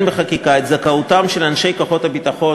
בחקיקה את זכאותם של אנשי כוחות הביטחון,